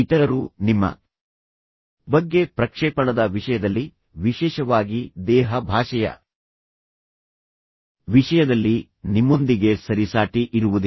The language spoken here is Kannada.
ಇತರರು ನಿಮ್ಮ ಬಗ್ಗೆ ಪ್ರಕ್ಷೇಪಣದ ವಿಷಯದಲ್ಲಿ ವಿಶೇಷವಾಗಿ ದೇಹ ಭಾಷೆಯ ವಿಷಯದಲ್ಲಿ ನಿಮ್ಮೊಂದಿಗೆ ಸರಿಸಾಟಿ ಇರುವುದಿಲ್ಲ